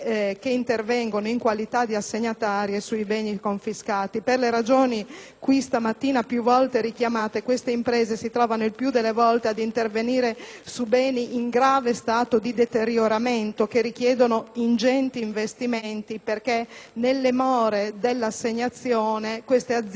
questa mattina più volte richiamate, queste imprese si trovano il più delle volte ad intervenire su beni in grave stato di deterioramento che richiedono ingenti investimenti perché, nelle more dell'assegnazione, queste aziende non sono gestite, di fatto, e quindi il loro